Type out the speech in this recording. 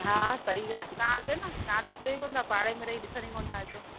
हा सही ॻाल्हि तव्हां अचो न तव्हां त अचो ई कोन्ह थां पाड़े में रही ॾिसण ई कोन्ह था अचो